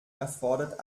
erfordert